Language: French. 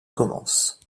commence